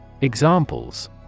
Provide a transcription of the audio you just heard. Examples